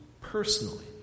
personally